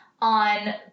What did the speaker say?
on